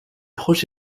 proche